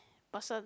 person